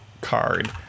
card